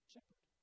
Shepherd